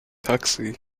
taxi